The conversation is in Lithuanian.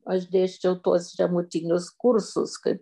aš dėsčiau tuos žemutinius kursus kaip